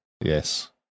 Yes